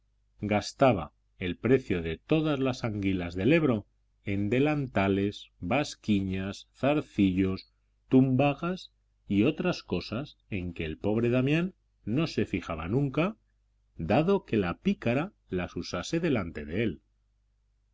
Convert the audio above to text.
gastaba el precio de todas las anguilas del ebro en delantales basquiñas zarcillos tumbagas y otras cosas en que el pobre damián no se fijaba nunca dado que la pícara las usase delante de él